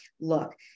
look